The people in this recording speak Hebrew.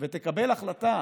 ותקבל החלטה